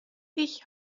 ich